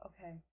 Okay